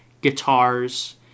guitars